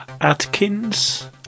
Atkins